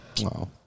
Wow